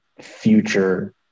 future